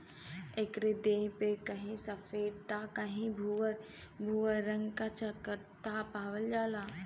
एकरे देह पे कहीं सफ़ेद त कहीं भूअर भूअर रंग क चकत्ता पावल जाला